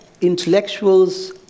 intellectuals